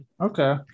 Okay